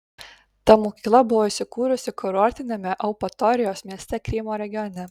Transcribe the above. ta mokykla buvo įsikūrusi kurortiniame eupatorijos mieste krymo regione